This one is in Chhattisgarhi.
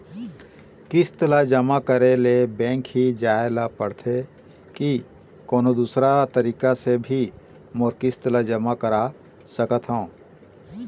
किस्त ला जमा करे ले बैंक ही जाए ला पड़ते कि कोन्हो दूसरा तरीका से भी मोर किस्त ला जमा करा सकत हो?